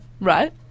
right